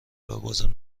وبازم